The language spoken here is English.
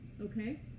Okay